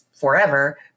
forever